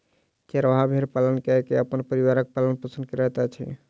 चरवाहा भेड़ पालन कय के अपन परिवारक पालन पोषण करैत अछि